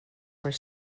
were